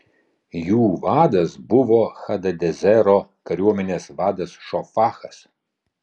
jų vadas buvo hadadezero kariuomenės vadas šofachas